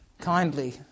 kindly